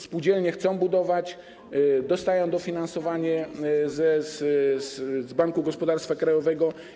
Spółdzielnie chcą budować, dostają dofinansowanie z Banku Gospodarstwa Krajowego.